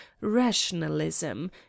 rationalism